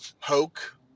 Hoke